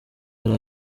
yari